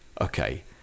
okay